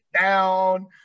down